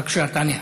בבקשה, תענה.